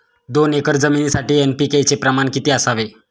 दोन एकर जमिनीसाठी एन.पी.के चे प्रमाण किती असावे?